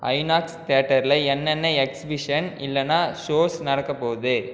INOX தியேட்டரில் என்னென்ன exhibition இல்லைனா ஷோஸ் நடக்கப்போகுது